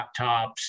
laptops